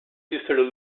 sister